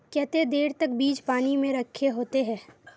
केते देर तक बीज पानी में रखे होते हैं?